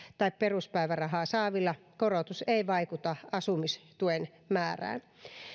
tai peruspäivärahaa saavilla korotus ei vaikuta asumistuen määrään